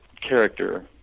character